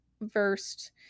versed